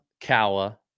Kawa